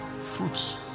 fruits